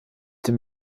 dem